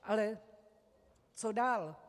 Ale co dál?